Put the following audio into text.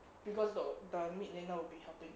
because the the mid laner will be helping